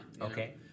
Okay